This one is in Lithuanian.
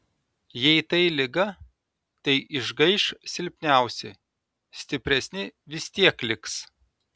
jei tai liga tai išgaiš silpniausi stipresni vis tiek liks